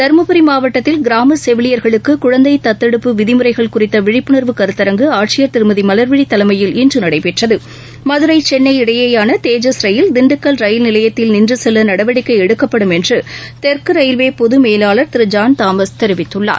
தருமபுரி மாவட்டத்தில் கிராம செவிலியர்களுக்கு குழந்தை தத்தெடுப்பு விதிமுறைகள் குறித்த விழிப்புணர்வு கருத்தரங்கு ஆட்சியர் திருமதி மலர்விழி தலைமையில் இன்று நடைபெற்றது மதுரை சென்னை இடையேயான தேஜஸ் ரயில் திண்டுக்கல் ரயில் நிலையத்தில் நின்று செல்ல நடவடிக்கை எடுக்கப்படும் என்று தெற்கு ரயில்வே பொது மேலாளர் திரு ஜான் தாமஸ் தெரிவித்துள்ளார்